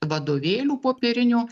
vadovėlių popierinių